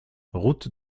route